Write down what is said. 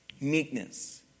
Meekness